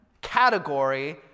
category